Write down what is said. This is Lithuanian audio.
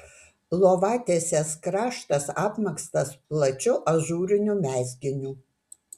lovatiesės kraštas apmegztas plačiu ažūriniu mezginiu